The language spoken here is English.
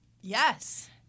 Yes